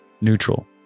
neutral